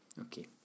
Okay